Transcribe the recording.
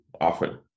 often